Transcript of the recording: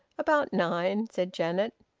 about nine, said janet.